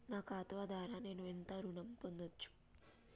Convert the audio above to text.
నా ఖాతా ద్వారా నేను ఎంత ఋణం పొందచ్చు?